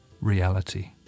reality